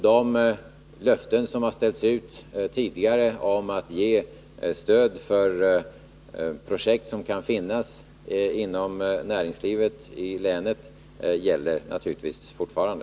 De löften som har ställts ut tidigare om att ge stöd för projekt som kan finnas inom näringslivet i länet gäller naturligtvis fortfarande.